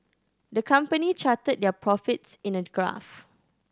the company charted their profits in a graph